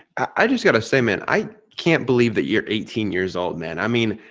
i just gotta say, man, i can't believe that you're eighteen years old man. i mean,